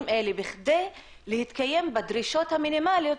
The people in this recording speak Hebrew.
אלה בכדי להתקיים בדרישות המינימליות